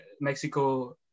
Mexico